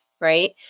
right